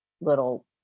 little